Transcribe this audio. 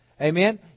Amen